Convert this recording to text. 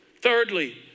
Thirdly